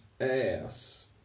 ass